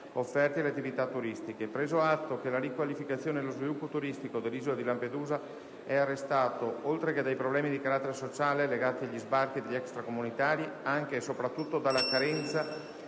offerti alle attività turistiche; preso atto che la riqualificazione e lo sviluppo turistico dell'isola di Lampedusa sono arrestati, oltre che dai problemi di carattere sociale legati agli sbarchi degli extracomunitari, anche e soprattutto dalla carenza